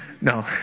No